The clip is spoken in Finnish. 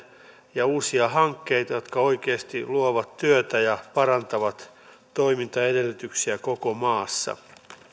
ja uusia hankkeita jotka oikeasti luovat työtä ja parantavat toimintaedellytyksiä koko maassa